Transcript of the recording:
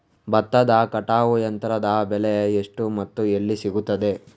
ಭತ್ತದ ಕಟಾವು ಯಂತ್ರದ ಬೆಲೆ ಎಷ್ಟು ಮತ್ತು ಎಲ್ಲಿ ಸಿಗುತ್ತದೆ?